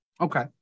Okay